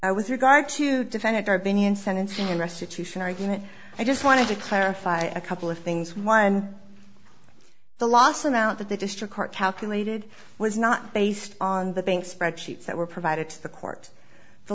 i was your guy to defend our opinion sentencing in restitution argument i just wanted to clarify a couple of things one the loss amount that the district court calculated was not based on the bank's spreadsheets that were provided to the court the